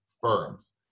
firms